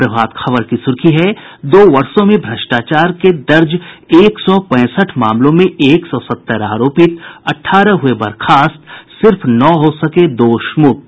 प्रभात खबर की सूर्खी है दो वर्षो में भ्रष्टाचार के दर्ज एक सौ पैंसठ मामलों में एक सौ सत्तर आरोपित अठारह हुये बर्खास्त सिर्फ नौ हो सके दोषमुक्त